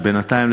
שבינתיים,